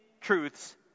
truths